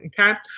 Okay